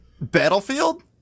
Battlefield